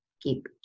keep